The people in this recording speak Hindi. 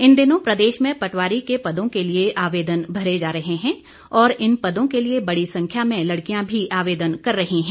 इन दिनों प्रदेश में पटवारी के पदों के लिए आवेदन भरे जा रहे हैं और इन पदों के लिए बड़ी संख्या में लड़कियां भी आवेदन कर रही हैं